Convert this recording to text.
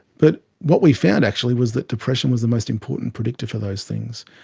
but what we found actually was that depression was the most important predictor for those things.